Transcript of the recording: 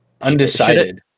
undecided